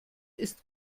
ist